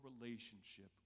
relationship